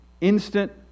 instant